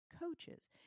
coaches